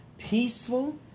peaceful